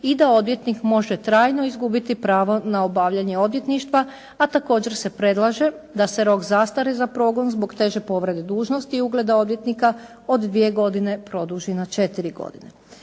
i da odvjetnik može trajno izgubiti pravo na obavljanje odvjetništva, a također se predlaže da se rok zastare za progon zbog teže povrede dužnosti i ugleda odvjetnika od dvije godine produži na četiri godine.